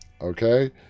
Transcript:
Okay